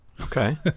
Okay